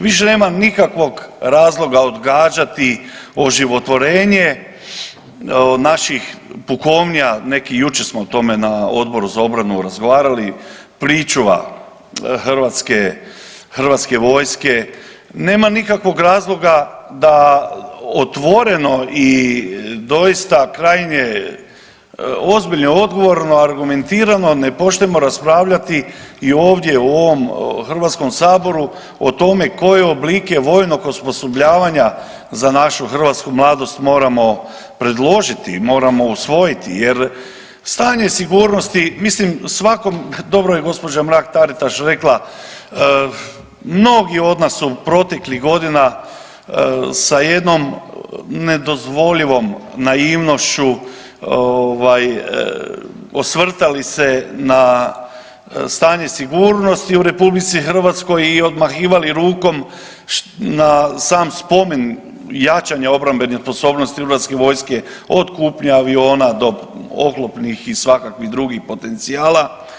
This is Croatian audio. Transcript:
Više nema nikakvog razloga odgađati oživotvorenje naših pukovnija, neki, jučer smo o tome na Odboru za obranu razgovarali, pričuva hrvatske, hrvatske vojske nema nikakvog razloga da otvoreno i doista krajnje ozbiljno i odgovorno, argumentirano ne počnemo raspravljati i ovdje u ovom Hrvatskom saboru koje oblike vojnog osposobljavanja za našu hrvatsku mladost moramo predložiti, moramo usvojiti jer stanje sigurnosti, mislim svakom, dobro je gospođa Mrak Taritaš rekla, mnogi od nas su proteklih godina sa jednom nedozvoljivom naivnošću osvrtali se na stanje sigurnosti u RH i odmahivali rukom na sam spomen jačanja obrambenih sposobnosti hrvatske vojske od kupnje aviona do oklopnih i svakakvih drugih potencijala.